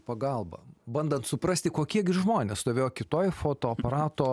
pagalbą bandant suprasti kokie gi žmonės stovėjo kitoj fotoaparato